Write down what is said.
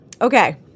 okay